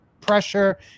pressure